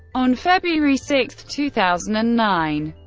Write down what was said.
on february six, two thousand and nine,